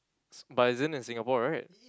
but isn't in Singapore right